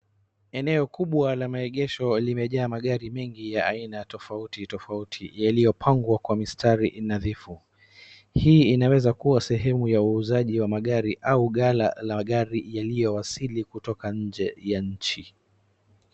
Eneo kubwa la maengesho limejaa magari mengi ya aina tofauti yaliyopangwa kwa mistari dhanifu. Hii inaweza kuwa sehemu ya uuzaji wa magari au gala la gari waliowasiri nje ya nchi.